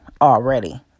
already